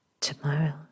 Tomorrow